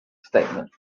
statement